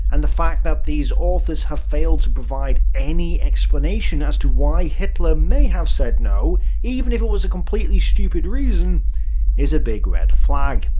and the fact that these authors have failed to provide any explanation as to why hitler may have said no even if it was a completely stupid reason is a big red flag.